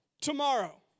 Tomorrow